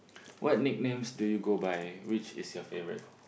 what nicknames do you go by which is your favourite